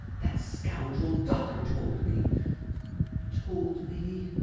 that scoundrel dawker told me told me